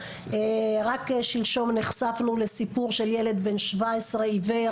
רק שלשום נחשפנו לסיפור של ילד בן 17 עיוור